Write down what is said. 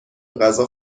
غذا